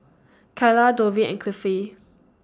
Kylah Dovie and Cliffie